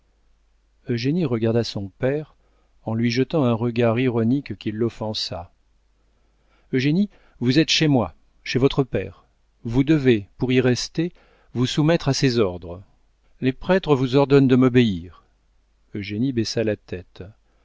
dis eugénie regarda son père en lui jetant un regard ironique qui l'offensa eugénie vous êtes chez moi chez votre père vous devez pour y rester vous soumettre à ses ordres les prêtres vous ordonnent de m'obéir eugénie baissa la tête